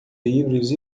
livros